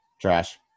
Trash